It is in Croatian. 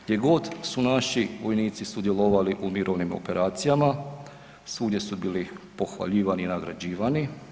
Gdje god su naši vojnici sudjelovali u mirovnim operacijama svugdje su bili pohvaljivani i nagrađivani.